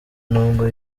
nubwo